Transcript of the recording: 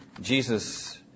Jesus